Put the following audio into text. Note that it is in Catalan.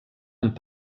amb